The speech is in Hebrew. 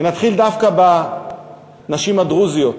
ונתחיל דווקא בנשים הדרוזיות,